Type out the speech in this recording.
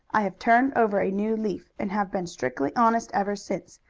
i have turned over a new leaf, and have been strictly honest ever since,